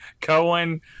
Cohen